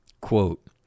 Quote